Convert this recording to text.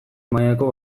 mailako